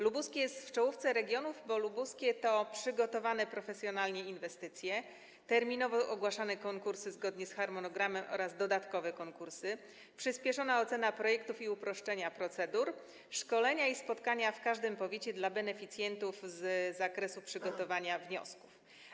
Lubuskie jest w czołówce regionów, bo w nim są przygotowane profesjonalnie inwestycje, terminowo ogłaszane konkursy zgodnie z harmonogramem oraz dodatkowe konkursy, jest przyspieszona ocena projektów i uproszczenie procedur, są szkolenia i spotkania w każdym powiecie dla beneficjentów z zakresu przygotowania wniosków.